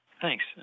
Thanks